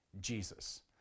Jesus